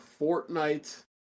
Fortnite